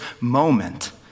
moment